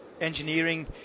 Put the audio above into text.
engineering